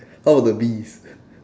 how about the bees